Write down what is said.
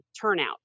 turnout